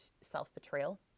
self-betrayal